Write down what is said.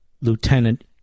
lieutenant